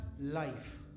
life